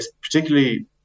particularly